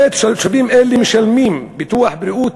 הרי התושבים האלה משלמים ביטוח בריאות